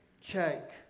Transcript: check